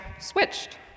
switched